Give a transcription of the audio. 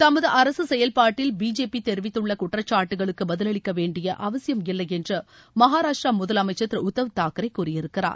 தமது அரசு செயல்பாட்டில் பிஜேபி தெரிவித்துள்ள குற்றச்சாட்டுகளுக்கு பதிலளிக்க வேண்டிய அவசியம் இல்லை என்று மகாராஷ்டிர முதலமைச்சர் திரு உத்தவ் தாக்கரே கூறியிருக்கிறார்